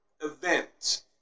event